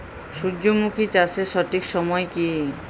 সূর্যমুখী চাষের সঠিক সময় কি?